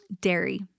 dairy